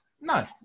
no